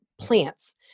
plants